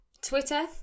Twitter